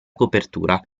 copertura